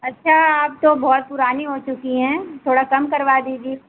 अच्छा आप तो बहुत पुरानी हो चुकी हैं थोड़ा कम करवा दीजिए